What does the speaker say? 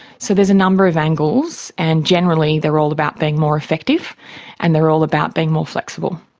so there's a number of angles, and generally they are all about being more effective and they are all about being more flexible.